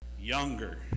younger